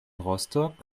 rostock